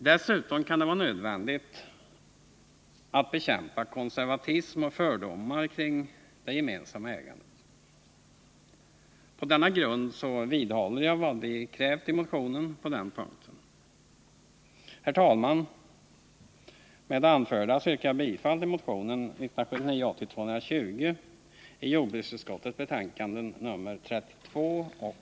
Dessutom kan det vara nödvändigt att bekämpa konservatism och fördomar kring det gemensamma ärendet. På denna grund vidhåller jag vad vi krävt i motionen på denna punkt. Herr talman! Med det anförda yrkar jag bifall till motionen 1979/80:220, som behandlas i jordbruksutskottets betänkande nr 32 och 33.